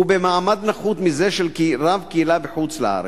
הוא במעמד נחות מזה של רב קהילה בחוץ-לארץ.